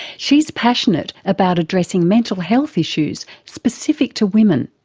she's passionate about addressing mental health issues specific to women,